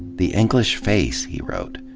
the english face, he wrote,